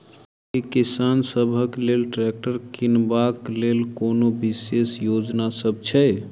की किसान सबहक लेल ट्रैक्टर किनबाक लेल कोनो विशेष योजना सब छै?